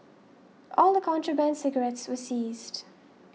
all the contraband cigarettes were seized